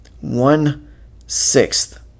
one-sixth